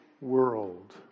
world